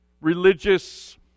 religious